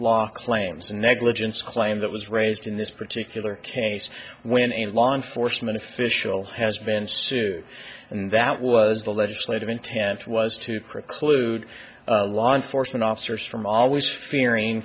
and negligence claim that was raised in this particular case when a law enforcement official has been sued and that was the legislative intent was to preclude law enforcement officers from always fearing